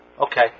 Okay